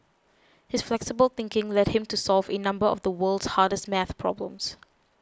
his flexible thinking led him to solve a number of the world's hardest math problems